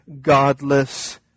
godless